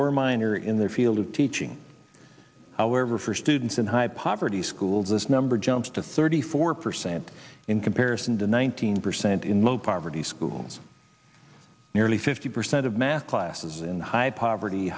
or minor in their field of teaching however for students in high poverty schools this number jumps to thirty four percent in comparison to one thousand percent in mo poverty schools nearly fifty percent of math classes in high poverty